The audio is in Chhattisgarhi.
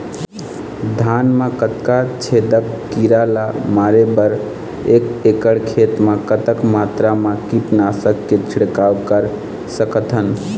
धान मा कतना छेदक कीरा ला मारे बर एक एकड़ खेत मा कतक मात्रा मा कीट नासक के छिड़काव कर सकथन?